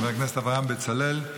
חבר הכנסת אברהם בצלאל,